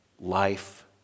life